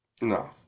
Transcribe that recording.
no